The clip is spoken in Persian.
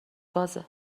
بازه